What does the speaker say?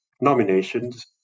nominations